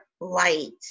Light